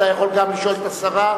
גם אתה יכול לשאול את השרה.